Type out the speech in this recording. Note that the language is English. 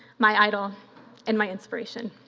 my idol and my inspiration.